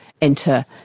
enter